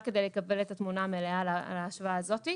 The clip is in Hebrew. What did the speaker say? רק כדי לקבל את התמונה המלאה על ההשוואה הזאת.